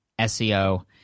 SEO